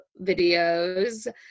videos